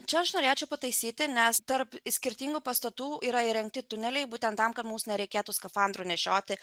čia aš norėčiau pataisyti nes tarp skirtingų pastatų yra įrengti tuneliai būtent tam kad mums nereikėtų skafandrų nešioti